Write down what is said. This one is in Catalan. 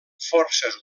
forces